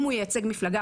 אם הוא ייצג מפלגה,